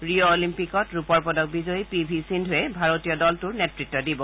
Rio অলিম্পিকত ৰূপৰ পদক বিজয়ী পি ভি সিদ্ধৱে ভাৰতীয় দলটোৰ নেতৃত দিব